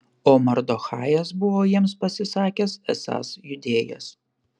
o mardochajas buvo jiems pasisakęs esąs judėjas